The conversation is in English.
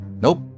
nope